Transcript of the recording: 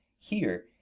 here,